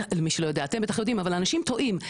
אתם בטח יודעים אבל אנשים טועים,